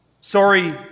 sorry